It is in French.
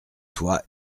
toi